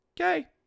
Okay